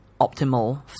optimal